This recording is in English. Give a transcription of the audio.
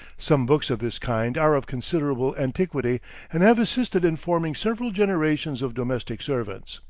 some books of this kind are of considerable antiquity and have assisted in forming several generations of domestic servants.